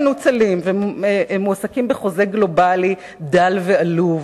מנוצלים ומועסקים בחוזה גלובלי דל ועלוב,